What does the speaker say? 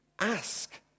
ask